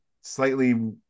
slightly